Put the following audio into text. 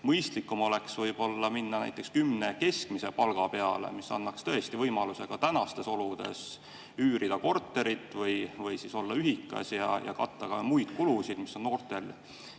mõistlikum oleks võib-olla minna näiteks kümne keskmise palga peale, mis annaks võimaluse ka tänastes oludes üürida korterit või olla ühikas ja katta muid kulusid, mis noortel